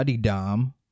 Dom